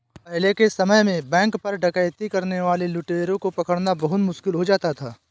पहले के समय में बैंक पर डकैती करने वाले लुटेरों को पकड़ना बहुत मुश्किल हो जाता था